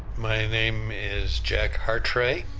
my name is jack hartray.